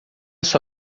sua